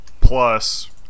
plus